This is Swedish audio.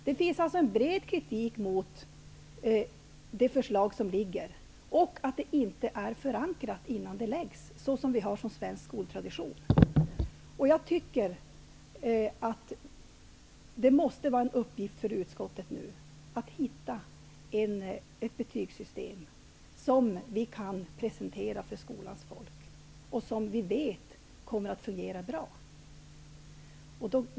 Det finns alltså en bred kritik mot det förslag som föreligger och mot att det inte är förankrat innan det läggs fram, vilket vi har som svensk tradition. Jag tycker att det nu måste vara en uppgift för utskottet att hitta ett betygssystem som vi kan presentera för skolans folk och som vi vet kommer att fungera bra.